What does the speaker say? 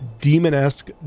demon-esque